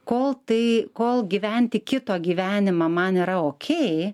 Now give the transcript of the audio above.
kol tai kol gyventi kito gyvenimą man yra okei